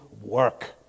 work